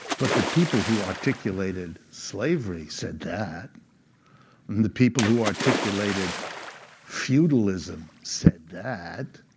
but the people who articulated slavery said that. and the people who articulated feudalism said that.